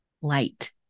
light